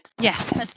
Yes